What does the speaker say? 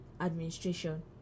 administration